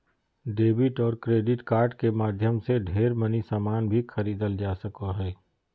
debit और credit card के माध्यम से ढेर मनी सामान भी खरीदल जा सको हय